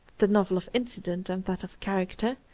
the novel of incident and that of character,